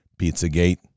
Pizzagate